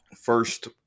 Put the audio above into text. First